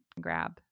grab